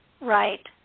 right